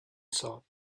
thought